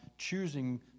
choosing